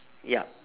yup